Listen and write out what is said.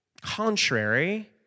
contrary